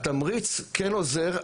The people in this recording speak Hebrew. התמריץ כן עוזר.